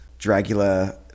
Dracula